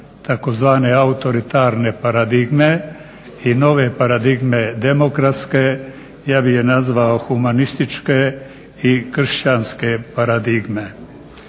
tzv. autoritarne paradigme i nove paradigme demokratske. Ja bi ih nazvao humanističke i kršćanske paradigme.